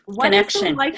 Connection